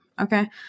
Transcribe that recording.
okay